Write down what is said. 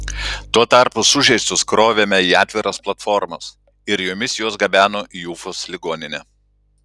tuo tarpu sužeistus krovėme į atviras platformas ir jomis juos gabeno į ufos ligoninę